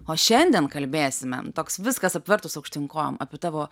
o šiandien kalbėsime toks viskas apvertus aukštyn kojom apie tavo